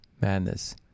madness